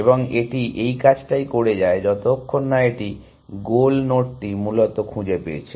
এবং এটি এই কাজটাই করে যায় যতক্ষণ না এটি গোল নোডটি মূলত খুঁজে পেয়েছে